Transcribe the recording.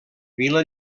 vila